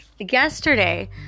yesterday